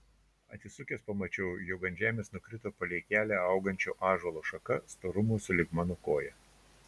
atsisukęs pamačiau jog ant žemės nukrito palei kelią augančio ąžuolo šaka storumo sulig mano koja